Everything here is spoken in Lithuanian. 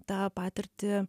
tą patirtį